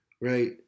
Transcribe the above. right